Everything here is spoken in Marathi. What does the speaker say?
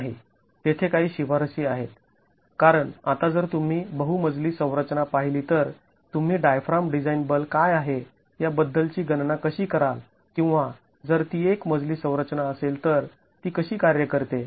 नाही तेथे काही शिफारशी आहेत कारण आता जर तुम्ही बहु मजली संरचना पाहिली तर तुम्ही डायफ्राम डिझाईन बल काय आहे या बद्दलची गणना कशी कराल किंवा जर ती एक मजली संरचना असेल तर ती कशी कार्य करते